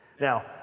Now